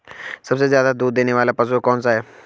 सबसे ज़्यादा दूध देने वाला पशु कौन सा है?